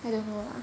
I don't know lah